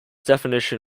definition